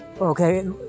Okay